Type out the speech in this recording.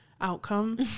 Outcome